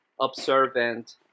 observant